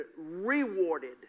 rewarded